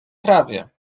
trawie